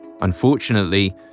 Unfortunately